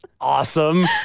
Awesome